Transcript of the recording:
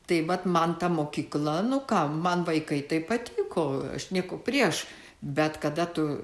tai vat man ta mokykla nu ką man vaikai taip patiko aš nieko prieš bet kada tu